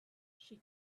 she